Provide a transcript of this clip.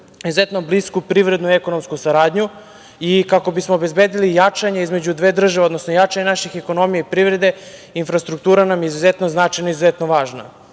izuzetno blisku privrednu i ekonomsku saradnju i kako bismo obezbedili jačanje između dve države, odnosno jačanje naših ekonomija i privrede infrastruktura nam je izuzetno značajna i izuzetno važna. Važno